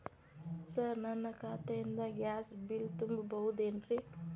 Sir ನನ್ನ ಖಾತೆಯಿಂದ gas bill ತುಂಬಹುದೇನ್ರಿ?